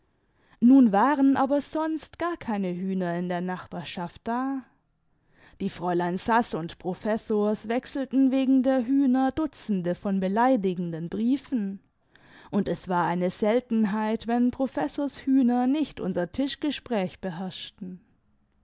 nun waren aber sonst gar keine hühner in der nachbarschaft da die fräulein saß und professors wechselten wegen der hühner dutzende von beleidigenden briefen imd es war eine seltenheit wenn professors hühner nicht imser tischgespräch beherrschten